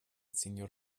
signor